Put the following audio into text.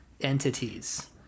entities